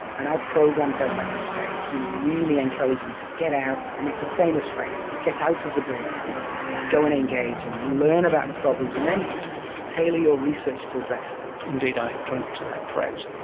and our program does that in spades. we really encourage them to get out, and it's a famous phrase, get out of the building and go and engage and learn about the problems, and then tailor your research to address them. indeed, i drink to that phrase.